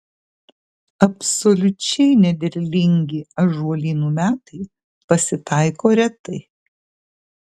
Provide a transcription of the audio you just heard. absoliučiai nederlingi ąžuolynų metai pasitaiko retai